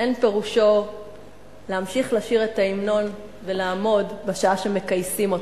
אין פירושו להמשיך לשיר את ההמנון ולעמוד בשעה שמכייסים אותך.